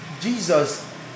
Jesus